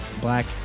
black